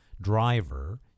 driver